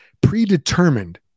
predetermined